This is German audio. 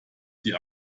sie